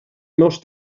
meus